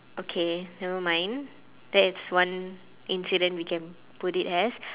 okay nevermind that is one incident we can put it as